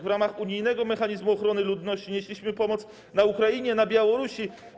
W ramach unijnego mechanizmu ochrony ludności nieśliśmy pomoc na Ukrainie, na Białorusi.